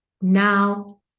now